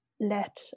let